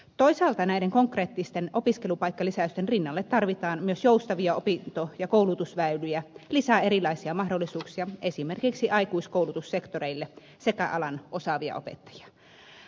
toisaalta näiden konkreettisten opiskelupaikkalisäysten rinnalle tarvitaan myös joustavia opinto ja koulutusväyliä lisää erilaisia mahdollisuuksia esimerkiksi aikuiskoulutussektoreille sekä alan osaavia opettajia